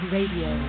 Radio